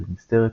דלת נסתרת,